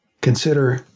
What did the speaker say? consider